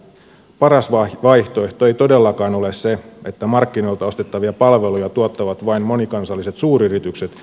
paras vaihtoehto ei todellakaan ole se että markkinoilta ostettavia palveluja tuottavat vain monikansalliset suuryritykset